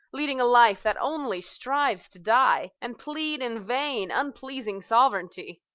leading a life that only strives to die, and plead in vain unpleasing sovereignty!